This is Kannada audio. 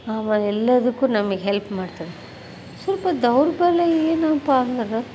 ಅವಾಗ ಎಲ್ಲದಕ್ಕೂ ನಮಗ್ ಹೆಲ್ಪ್ ಮಾಡ್ತಾರೆ ಸ್ವಲ್ಪ ದೌರ್ಬಲ್ಯ ಏನಪ್ಪಾ ಅಂದ್ರೆ